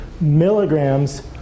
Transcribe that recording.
milligrams